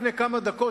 לפני כמה דקות,